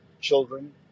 children